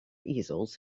easels